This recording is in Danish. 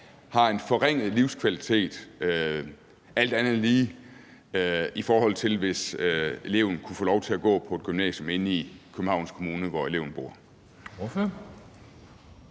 har en forringet livskvalitet alt andet lige, i forhold til hvis eleven kunne få lov til at gå på et gymnasium i Københavns Kommune, hvor eleven bor?